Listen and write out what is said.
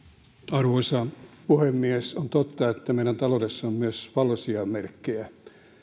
arvoisa puhemies on totta että meidän taloudessa on myös valoisia merkkejä